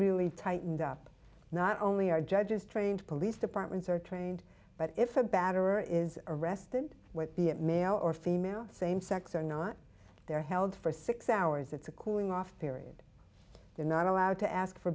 really tightened up not only are judges trained police departments are trained but if a batter is arrested with be it male or female same sex or not they're held for six hours it's a cooling off period they're not allowed to ask for